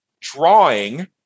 drawing